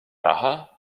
raha